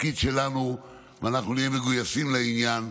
התפקיד שלנו, ואנחנו נהיה מגויסים לעניין,